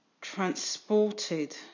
transported